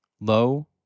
low